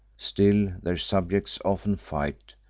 still their subjects often fight,